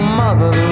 mother